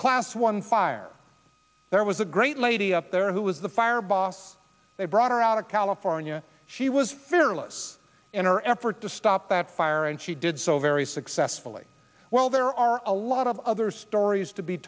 class one fire there was a great lady up there who was the fire boss they brought her out of california she was fearless in her effort to stop that fire and she did so very successfully well there are a lot of other stories to be